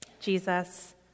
Jesus